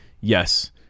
yes